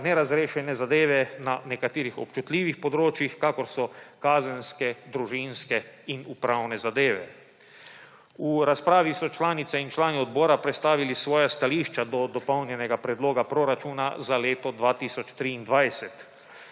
nerazrešene zadeve na nekaterih občutljivih področjih, kakor so kazenske, družinske in upravne zadeve. V razpravi so članice in člani odbora predstavili svoja stališča do Dopolnjenega predloga proračuna za leto 2023.